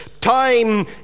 time